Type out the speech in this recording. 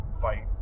fight